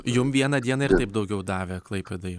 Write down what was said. jum vieną dieną ir taip daugiau davė klaipėdai